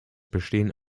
bestehen